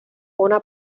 una